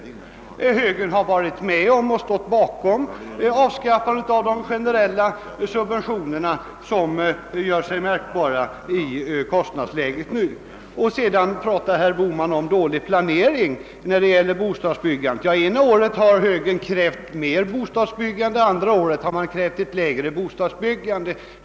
Högern har varit med om och stått bakom avskaffandet av de generella subventionerna, som gör sig märkbara i kostnadsläget nu. Vidare talar herr Bohman om dålig planering när det gäller bostadsbyggandet. Ja, det ena året har högerpartiet krävt mer bostadsbyggande och det andra året har man krävt ett lägre bostadsbyggande.